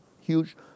huge